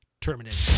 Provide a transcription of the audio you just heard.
terminated